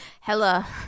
Hella